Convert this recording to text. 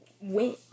went